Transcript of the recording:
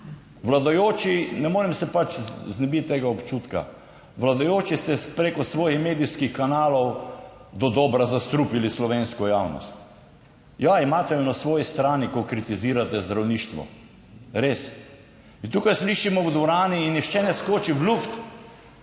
Vladajoči - ne morem se pač znebiti tega občutka - ste preko svojih medijskih kanalov dodobra zastrupili slovensko javnost. Ja, imate jo na svoji strani, ko kritizirate zdravništvo. Res in tukaj slišimo v dvorani in nihče ne skoči v luft,